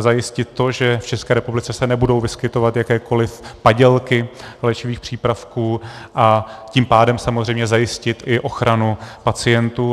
zajistit to, že v České republice se nebudou vyskytovat jakékoliv padělky léčivých přípravků, a tím pádem samozřejmě zajistit i ochranu pacientů.